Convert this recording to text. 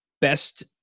Best